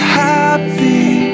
happy